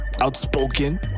Outspoken